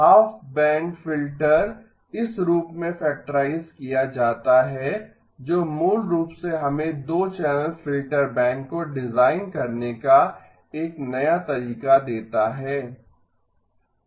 half band filter इस रूप में फैक्टराइज किया जाता है जो मूल रूप से हमें 2 चैनल फ़िल्टर बैंक को डिज़ाइन करने का एक नया तरीका देता है